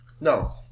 No